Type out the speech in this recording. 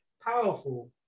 powerful